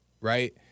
right